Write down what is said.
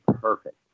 perfect